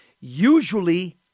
usually